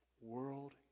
world